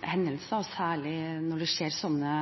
hendelser, og særlig når det skjer sånne